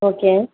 okay